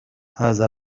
هذا